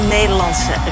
Nederlandse